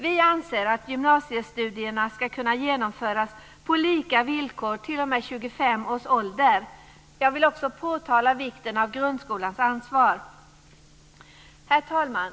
Vi anser att gymnasiestudierna ska kunna genomföras på lika villkor t.o.m. 25 års ålder. Jag vill också peka på vikten av grundskolans ansvar. Herr talman!